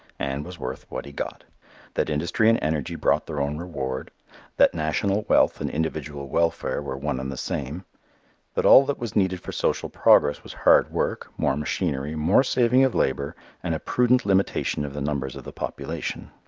and was worth what he got that industry and energy brought their own reward that national wealth and individual welfare were one and the same that all that was needed for social progress was hard work, more machinery, more saving of labor and a prudent limitation of the numbers of the population.